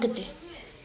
अॻिते